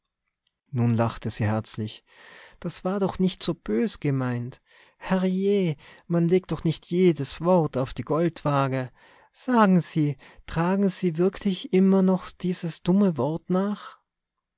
nun lachte sie herzlich das war doch nicht so bös gemeint herrjeh man legt doch nicht jedes wort auf die goldwage sagen sie tragen sie mir wirklich immer noch dieses dumme wort nach